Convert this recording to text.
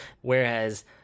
Whereas